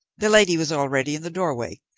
the lady was already in the doorway.